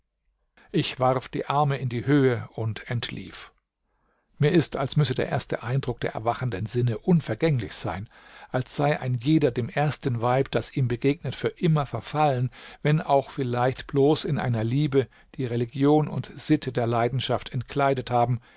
ich warf die arme in die höhe und entlief mir ist als müsse der erste eindruck der erwachenden sinne unvergänglich sein als sei ein jeder dem ersten weib das ihm begegnet für immer verfallen wenn auch vielleicht bloß in einer liebe die religion und sitte der leidenschaft entkleidet haben